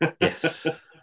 Yes